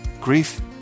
Grief